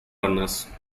runners